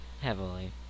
heavily